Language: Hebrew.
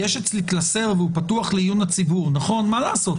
יש אצלי קלסר והוא פתוח לעיון הציבור מה לעשות,